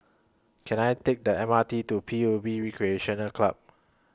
Can I Take The M R T to P U B Recreation Club